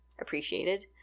appreciated